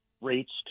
rates